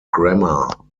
grammar